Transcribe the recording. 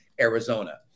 Arizona